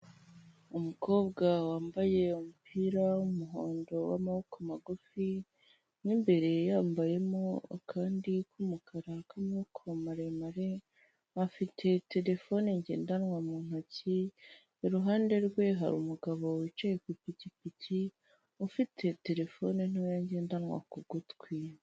Umukobwa wambaye umupira w'umuhondo w'amaboko magufi mo imbere yambariyemo akandi k'umukara k'amaboko maremare, afite terefone ngendanwa mu ntoki, iruhande rwe hari umugabo wicaye ku ipikipiki, ufite terefone ntoya ngendanwa ku gutwi.